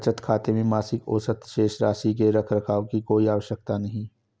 बचत खाते में मासिक औसत शेष राशि के रख रखाव की कोई आवश्यकता नहीं